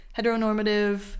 heteronormative